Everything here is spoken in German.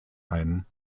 ein